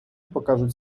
покажуть